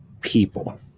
people